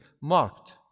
marked